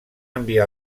enviar